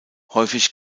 häufig